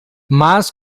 mas